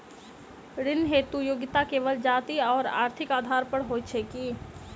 ऋण हेतु योग्यता केवल जाति आओर आर्थिक आधार पर होइत छैक की?